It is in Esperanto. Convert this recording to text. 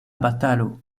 batalo